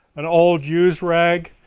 an old used rag,